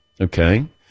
Okay